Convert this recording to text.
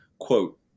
Quote